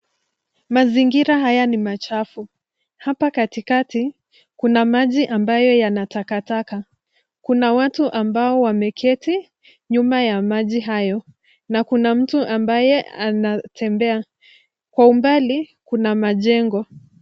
Mazingira haya ni machafu. Hapa katikati kuna maji ambayo yana takataka. Kuna watu ambao wameketi nyuma ya maji hayo na kuna mtu ambaye anatembea. Kwa umbali kuna majengo.